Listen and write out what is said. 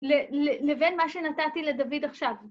‫לבין מה שנתתי לדוד עכשיו.